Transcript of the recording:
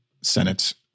Senate